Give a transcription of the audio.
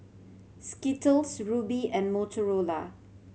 Skittles Rubi and Motorola